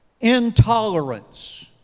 Intolerance